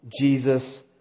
Jesus